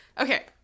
okay